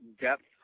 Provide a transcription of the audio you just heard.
depth